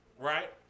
Right